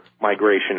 migration